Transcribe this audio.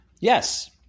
Yes